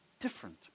different